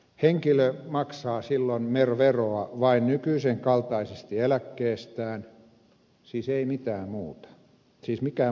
henkilö maksaa silloin veroa vain nykyisen kaltaisesti eläkkeestään siis ei mitään muuta siis mikään muu ei muutu